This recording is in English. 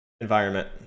environment